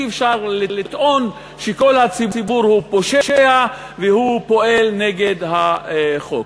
אי-אפשר לטעון שכל הציבור הוא פושע והוא פועל נגד החוק.